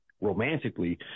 romantically